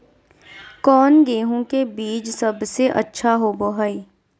कौन गेंहू के बीज सबेसे अच्छा होबो हाय?